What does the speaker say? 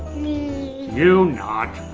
you not.